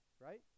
right